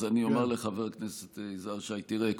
אז אני אומר לחבר הכנסת יזהר שי: תראה,